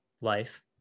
life